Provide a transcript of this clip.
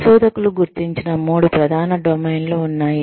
పరిశోధకులు గుర్తించిన మూడు ప్రధాన డొమైన్లు ఉన్నాయి